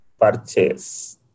purchase